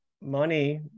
money